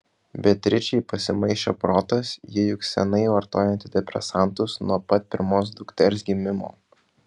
beatričei pasimaišė protas ji juk seniai vartoja antidepresantus nuo pat pirmos dukters gimimo